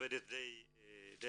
שעובדת די יפה,